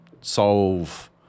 solve